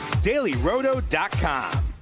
dailyroto.com